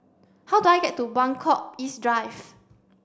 how do I get to Buangkok East Drive